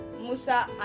Musa